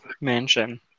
mansion